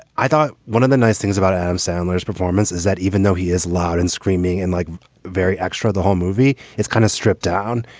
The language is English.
i thought one of the nice things things about adam sandler's performance is that even though he is loud and screaming and like very extra, the whole movie is kind of stripped down.